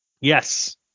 Yes